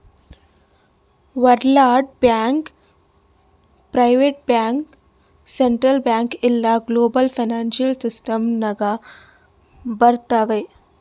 world bank, private bank, central bank ಎಲ್ಲಾ global financial system ನಾಗ್ ಬರ್ತಾವ್